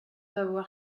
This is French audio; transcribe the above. avoir